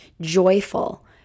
joyful